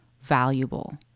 valuable